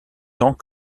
tant